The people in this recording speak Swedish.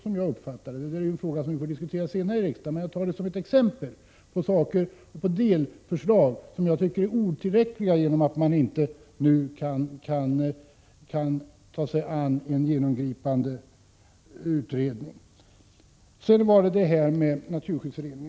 Det är i och för sig en fråga som vi får diskutera senare här i riksdagen, men jag tar det som ett exempel på problem som får en otillräcklig lösning genom att man inte kan ta sig an en genomgripande utredning. Sedan har vi det här med Naturskyddsföreningen.